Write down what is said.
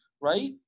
right